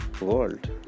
world